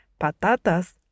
patatas